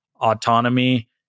autonomy